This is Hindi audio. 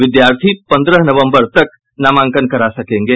विद्यार्थी पंद्रह नवंबर तक नामांकन करा सकेंगे